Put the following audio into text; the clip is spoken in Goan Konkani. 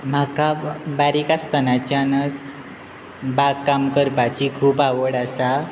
म्हाका बारीक आसतनाच्यानच बाग काम करपाची खूब आवड आसा